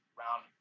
round